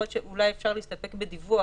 יכול להיות שאולי אפשר להסתפק בדיווח.